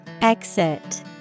Exit